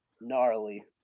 gnarly